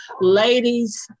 Ladies